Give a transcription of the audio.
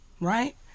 right